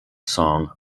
song